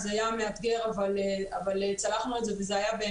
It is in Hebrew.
זה היה מאתגר אבל צלחנו את זה,